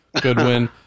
Goodwin